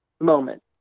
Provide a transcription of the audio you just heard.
moment